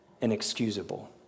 inexcusable